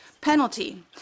penalty